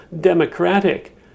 democratic